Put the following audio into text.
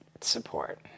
support